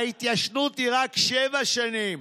ההתיישנות היא רק שבע שנים.